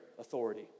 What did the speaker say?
authority